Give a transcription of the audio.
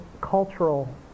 cultural